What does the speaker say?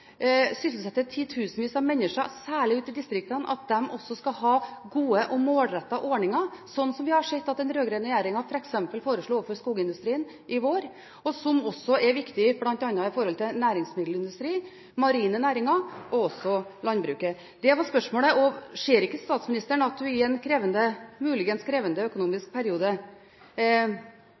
titusenvis av mennesker, særlig ute i distriktene, også skal ha gode og målrettede ordninger, slik vi har sett at den rød-grønne regjeringen f.eks. foreslo overfor skogindustrien i vår, som også er viktig for bl.a. næringsmiddelindustri, marine næringer og også landbruket? Det var spørsmålet. Ser ikke statsministeren at hun i en – muligens – krevende økonomisk periode,